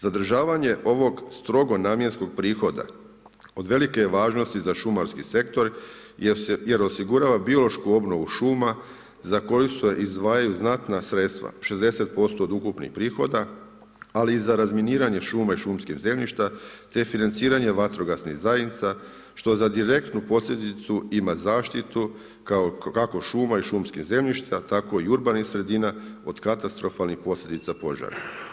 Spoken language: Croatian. Zadržavanje ovog strogo namjenskog prihoda, od velike je važnosti za šumarski sektor jer osigurava biološku obnovu šuma za koju se izdvajaju znatna sredstva, 60% od ukupnih prihoda, ali i za razminiranje šuma i šumskih zemljišta, te financiranje vatrogasnih zajednica što za direktnu posljedicu ima zaštitu kako šuma i šumskih zemljišta, tako i urbanih sredina od katastrofalnih posljedica požara.